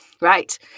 right